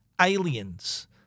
Aliens